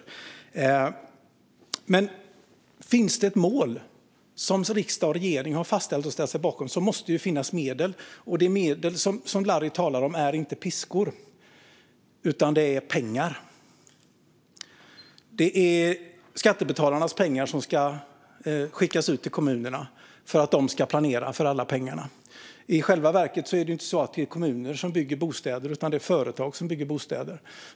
Om det finns det ett mål som riksdag och regering har fastställt och ställt sig bakom måste det finnas medel. Och det medel som Larry talar om är inte piskor, utan det är pengar. Det är skattebetalarnas pengar som ska skickas ut till kommunerna för att de ska planera för dem. I själva verket är det inte kommuner som bygger bostäder. Det är företag som bygger bostäder.